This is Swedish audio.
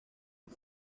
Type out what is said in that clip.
det